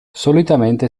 solitamente